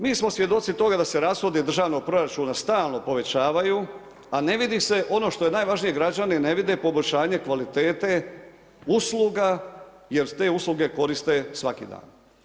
Mi smo svjedoci toga da se rashodi državnog proračuna stalno povećavaju, a ne vidi se ono što je najvažnije, građani ne vide poboljšanje kvalitete usluga jer te usluge koriste svaki dan.